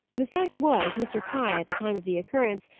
the fact was, mr. pye, at the time of the occurrence,